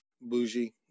bougie